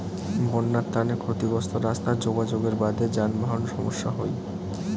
বইন্যার তানে ক্ষতিগ্রস্ত রাস্তা যোগাযোগের বাদে যানবাহন সমস্যা হই